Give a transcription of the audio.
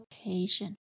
occasion